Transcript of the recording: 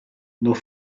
not